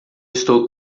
estou